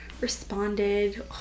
responded